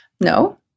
No